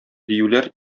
диюләр